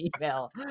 email